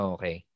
Okay